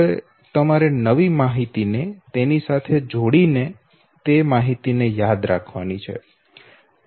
હવે તમારે નવી માહિતી સાથે તેને જોડી નવી માહિતી યાદ રાખવાની છે